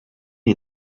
you